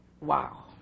wow